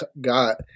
got